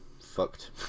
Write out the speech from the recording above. fucked